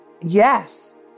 yes